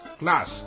class